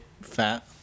Fat